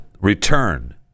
return